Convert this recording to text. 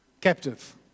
captive